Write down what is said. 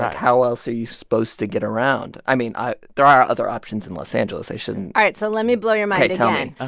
how else are you supposed to get around? i mean, i there are other options in los angeles. i shouldn't. all right, so let me blow your mind. ok, ah